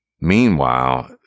meanwhile